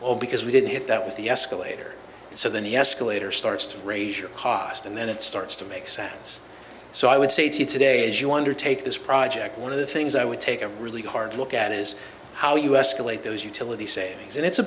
oh because we didn't hit that with the escalator so then the escalator starts to regime cost and then it starts to make sense so i would say to you today as you undertake this project one of the things i would take a really hard look at is how u s collate those utility savings and it's a